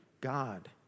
God